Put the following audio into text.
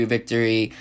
Victory